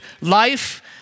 life